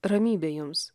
ramybė jums